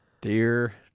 dear